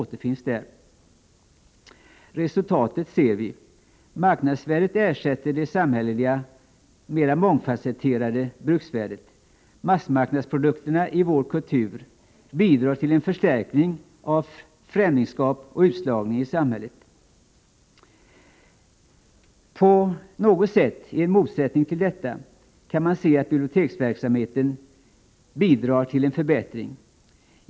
Resultatet ser vi. Marknadsvärdet ersätter det samhälleliga, mera mångfasetterade bruksvärdet. Massmarknadsprodukterna i vår kultur bidrar till en förstärkning av främlingskap och utslagning i samhället. På något sätt i motsats till detta kan man säga att biblioteksverksamheten bidrar till en förbättring.